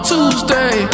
Tuesday